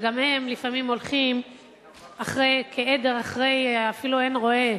שגם הם לפעמים הולכים כעדר אחרי, אפילו אין רועה